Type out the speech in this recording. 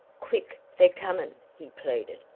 quick! they're coming! he pleaded.